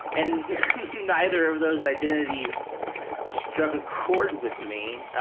and neither of those identities struck a chord with me,